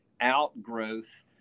outgrowth